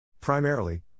Primarily